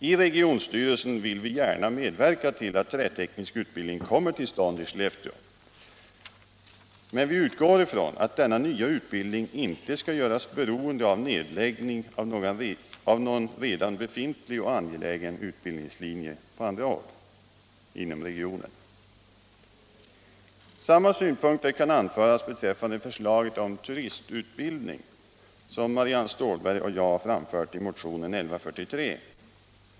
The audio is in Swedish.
I regionstyrelsen vill vi gärna medverka till att träteknisk utbildning kommer till stånd i Skellefteå. Men vi utgår från att denna nya utbildning inte skall göras beroende av nedläggning av någon redan befintlig och angelägen utbildningslinje på andra håll inom regionen. Samma synpunkter kan anföras beträffande förslaget om utbildning inom turistverksamheten, som Marianne Stålberg och jag framfört i motionen 1143.